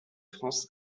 france